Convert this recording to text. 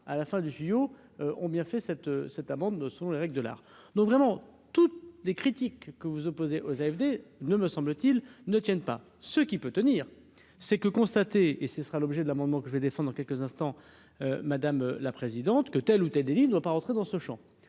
à la fin du CIO ont bien fait cette cette amende ne sont les règles de l'art non vraiment toutes des critiques que vous opposez aux AFD ne me semble-t-il, ne tiennent pas ce qu'il peut tenir, c'est que constater et ce sera l'objet de l'amendement que je vais descendre dans quelques instants, madame la présidente, que telle ou telle délits ne doit pas rentrer dans ce Champ.